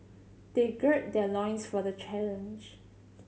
they gird their loins for the challenge